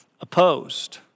opposed